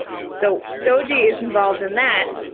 so so g is involved in that.